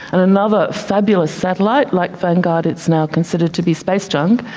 and another fabulous satellite, like vanguard it's now considered to be space junk,